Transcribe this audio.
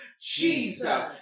Jesus